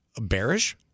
bearish